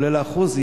כולל האחוז,